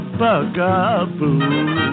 bugaboo